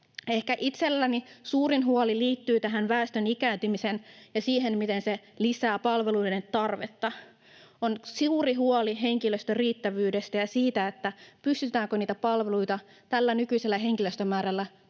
Ehkä itselläni suurin huoli liittyy tähän väestön ikääntymiseen ja siihen, miten se lisää palveluiden tarvetta. On suuri huoli henkilöstön riittävyydestä ja siitä, pystytäänkö niitä palveluita tällä nykyisellä henkilöstömäärällä